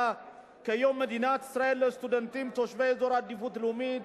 כיום מדינת ישראל לסטודנטים תושבי אזור עדיפות לאומית.